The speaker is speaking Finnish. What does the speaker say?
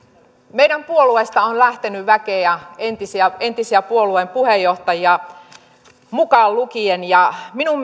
meidän puolueestamme on lähtenyt väkeä entisiä entisiä puolueen puheenjohtajia mukaan lukien ja minun